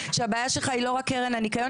שהבעיה שלך היא לא רק קרן הניקיון,